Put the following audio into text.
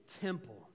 temple